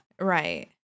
Right